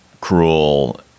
cruel